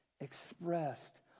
expressed